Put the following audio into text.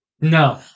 No